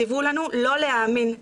ציוו לנו לא להאמין,